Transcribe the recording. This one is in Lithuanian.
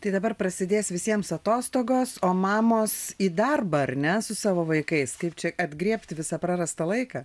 tai dabar prasidės visiems atostogos o mamos į darbą ar ne su savo vaikais kaip čia atgriebti visą prarastą laiką